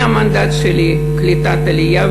המנדט שלי הוא קליטת עלייה,